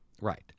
Right